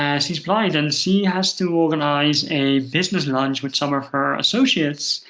and she's blind, and she has to organize a business lunch with some of her associates,